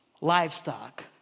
livestock